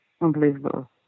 unbelievable